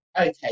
Okay